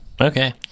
okay